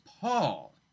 paul